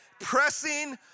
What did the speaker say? Pressing